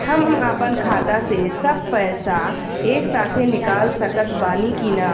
हम आपन खाता से सब पैसा एके साथे निकाल सकत बानी की ना?